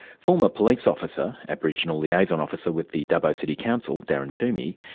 former police officer, aboriginal liaison officer with the dubbo city council, darren toomey,